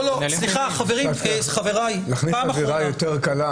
לא, סליחה, חבריי, פעם אחרונה.